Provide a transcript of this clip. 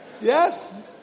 Yes